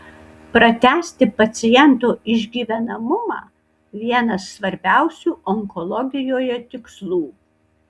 pratęsti paciento išgyvenamumą vienas svarbiausių onkologijoje tikslų